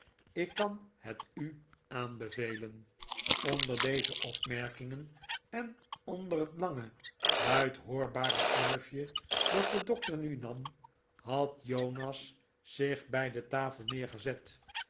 ik kan het u aanbevelen onder deze opmerkingen en onder het iange luid hoorbare snuifje dat de dokter nu nam had jonas zich bij de tafel neergezet